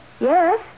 Yes